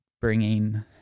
bringing